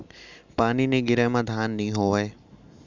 पानी नइ गिरय म धान नइ होवय